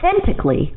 authentically